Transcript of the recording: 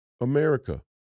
America